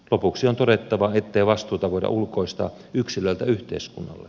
lopuksi on todettava ettei vastuuta voida ulkoistaa yksilöltä yhteiskunnalle